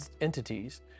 entities